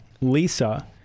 Lisa